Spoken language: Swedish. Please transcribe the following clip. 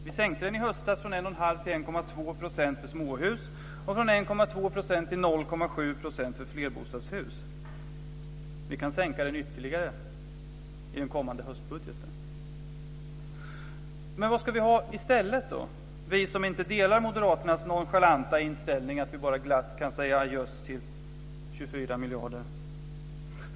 Vi sänkte den i höstas från 1,5 % till 1,2 % för småhus och från 1,2 % till 0,7 % för flerbostadshus. Vi kan sänka den ytterligare i den kommande höstbudgeten. Men vad ska vi ha i stället, vi som inte delar moderaternas nonchalanta inställning att vi bara glatt kan säga ajöss till 24 miljarder?